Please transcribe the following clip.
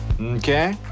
Okay